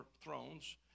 thrones